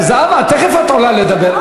זהבה, את תכף את עולה לדבר.